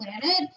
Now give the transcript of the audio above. Planet